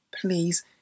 please